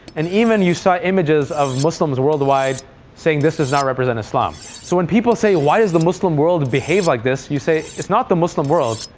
and even you saw images of muslims worldwide saying this does not represent islam. so when people say why does the muslim world behave like this? you say, it's not the muslim world.